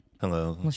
Hello